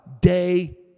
day